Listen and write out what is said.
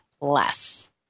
less